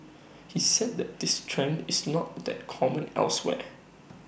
he said that this trend is not that common elsewhere